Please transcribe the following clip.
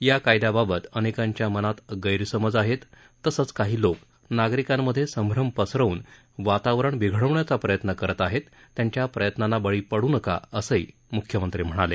या कायद्याबाबत अनेकांच्या मनात गैरसमज आहेत तसंच काही लोक नागरिकांमधे संश्रम पसरवून वातावरण बिघडवण्याचा प्रयत्न करत आहेत त्यांच्या प्रयत्नांना बळी पडू नका असंही म्ख्यमंत्री म्हणाले